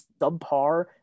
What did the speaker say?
subpar